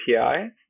API